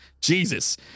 Jesus